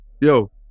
Yo